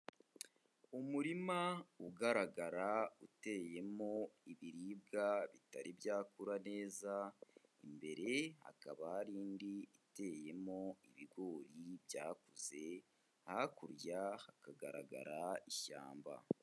Umurima ugaragara uteyemo ibiribwa bitari byakura neza, imbere hakaba hari indi iteyemo ibigori byakuze, hakurya hakagaragara ishyamba.